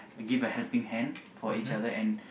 give a helping hand for each other and